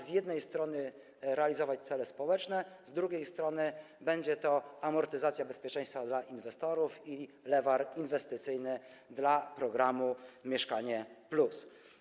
Z jednej strony jest on po to, aby realizować cele społeczne, a z drugiej strony będzie to amortyzacja, bezpieczeństwo dla inwestorów i lewar inwestycyjny dla programu „Mieszkanie+”